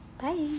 Bye